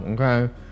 Okay